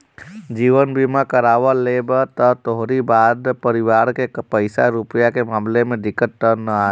जीवन बीमा करवा लेबअ त तोहरी बाद परिवार के पईसा रूपया के मामला में दिक्कत तअ नाइ होई